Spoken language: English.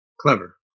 Clever